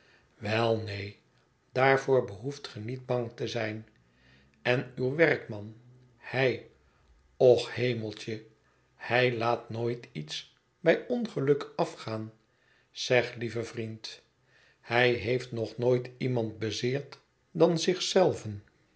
wel neen daarvoor behoeft ge niet bang te zijn en uw werkman hij och hemeltje hij laat nooit iets bij ongeluk afgaan zeg lieve vriend hij heeft nog nooit iemand bezeerd dan zich zelven